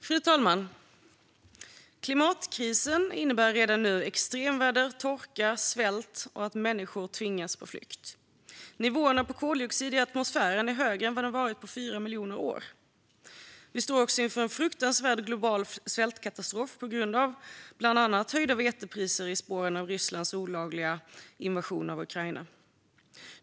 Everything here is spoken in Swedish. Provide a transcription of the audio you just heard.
Fru talman! Klimatkrisen innebär redan nu extremväder, torka, svält och att människor tvingas på flykt. Nivåerna av koldioxid i atmosfären är högre än vad de varit på 4 miljoner år. Vi står också inför en fruktansvärd global svältkatastrof, bland annat på grund av höjda vetepriser i spåren av Rysslands olagliga invasion av Ukraina.